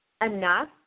enough